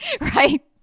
right